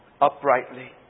uprightly